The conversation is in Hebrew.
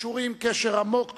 קשורים בקשר עמוק